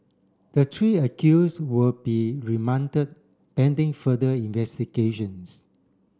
the three accuse will be remanded pending further investigations